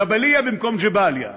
ג'בלייה במקום ג'באליה,